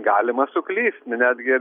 galima suklyst netgi